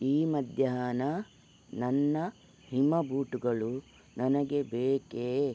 ಈ ಮಧ್ಯಾಹ್ನ ನನ್ನ ಹಿಮ ಬೂಟುಗಳು ನನಗೆ ಬೇಕೇ